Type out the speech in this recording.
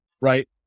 right